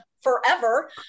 forever